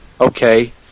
Okay